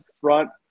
front